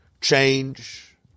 change